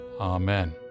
Amen